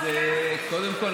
קודם כול,